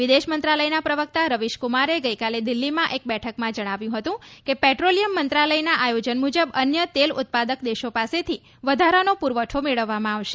વિદેશ મંત્રાલયના પ્રવક્તા રવિશકુમારે ગઈકાલે દિલ્હીમાં એક બેઠકમાં જણાવ્યું હતું કે પેટ્લીયમ મંત્રાલયના આયોજન મુજબ અન્ય તેલ ઉત્પાદક દેશો પાસેથી વધારાનો પુરવઠો મેળવવામાં આવશે